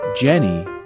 Jenny